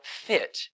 fit